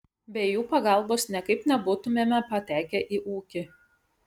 be jų pagalbos niekaip nebūtumėme patekę į ūkį